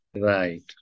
Right